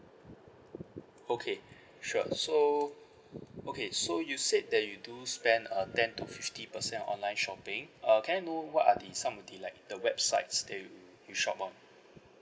okay sure so okay so you said that you do spend uh ten to fifty percent online shopping uh can I know what are the some of the like the websites that you you shop on